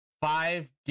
five